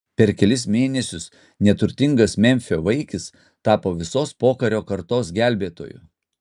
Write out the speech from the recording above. per kelis mėnesius neturtingas memfio vaikis tapo visos pokario kartos gelbėtoju